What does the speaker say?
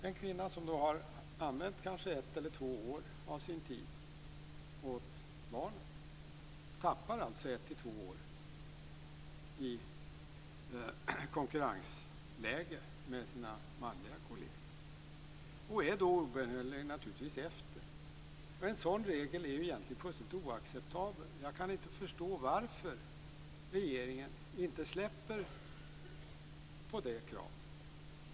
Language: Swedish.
En kvinna som har använt kanske ett eller två år av sin tid åt barnen tappar alltså dessa år i konkurrensläge gentemot sina manliga kolleger. Hon blir då obönhörligen efter. En sådan regel är egentligen fullständigt oacceptabel. Jag kan inte förstå varför regeringen inte släpper på detta krav.